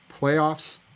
Playoffs